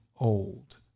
old